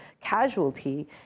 casualty